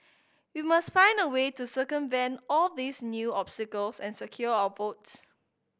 we must find a way to circumvent all these new obstacles and secure our votes